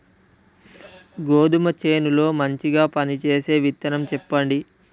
గోధుమ చేను లో మంచిగా పనిచేసే విత్తనం చెప్పండి?